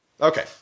Okay